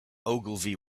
ogilvy